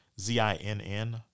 Z-I-N-N